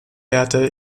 berta